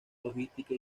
logística